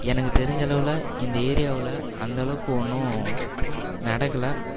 எனக்கு தெரிஞ்ச அளவில் இந்த ஏரியாவில் அந்தளவுக்கு ஒன்றும் நடக்கலை